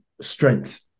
strength